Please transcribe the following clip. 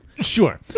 Sure